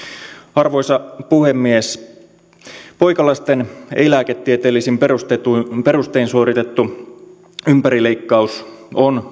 arvoisa puhemies poikalasten ei lääketieteellisin perustein suoritettu ympärileikkaus on